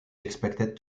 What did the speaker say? expected